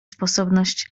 sposobność